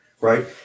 Right